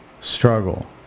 struggle